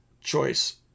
choice